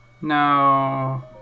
No